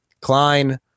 Klein